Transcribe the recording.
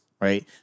right